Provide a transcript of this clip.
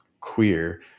queer